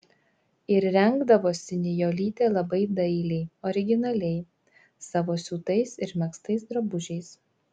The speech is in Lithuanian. ir rengdavosi nijolytė labai dailiai originaliai savo siūtais ir megztais drabužiais